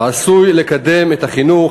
העשוי לקדם את החינוך,